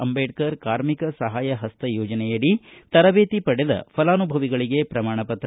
ಅಂಬೇಡ್ಕರ್ ಕಾರ್ಮಿಕ ಸಹಾಯ ಪಸ್ತ ಯೋಜನೆಯಡಿಯಲ್ಲಿ ತರಬೇತಿ ಪಡೆದ ಪಲಾನುಭವಿಗಳಿಗೆ ಪ್ರಮಾಣ ಪತ್ರ